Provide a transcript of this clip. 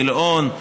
גילאון,